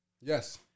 Yes